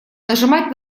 нажимать